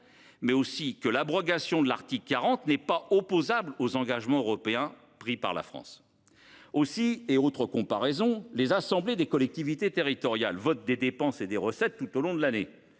mais aussi que l’abrogation de l’article 40 n’est pas contraire aux engagements européens pris par la France. Autre comparaison, les assemblées des collectivités territoriales votent des dépenses et des recettes tout au long de l’année.